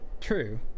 True